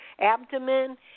abdomen